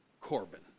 Corbin